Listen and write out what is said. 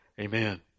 Amen